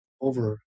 over